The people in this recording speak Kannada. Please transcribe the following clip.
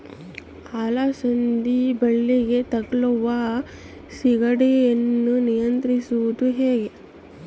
ಅಲಸಂದಿ ಬಳ್ಳಿಗೆ ತಗುಲುವ ಸೇಗಡಿ ಯನ್ನು ನಿಯಂತ್ರಿಸುವುದು ಹೇಗೆ?